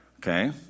Okay